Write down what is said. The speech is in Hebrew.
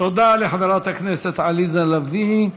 תודה לחברת הכנסת עליזה לביא.